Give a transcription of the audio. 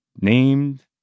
named